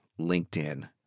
LinkedIn